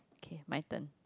K my turn